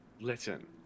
Listen